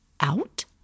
out